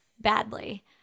Badly